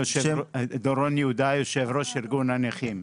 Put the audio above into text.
דורון יהודה, יושב-ראש ארגון הנכים.